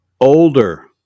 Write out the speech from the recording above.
older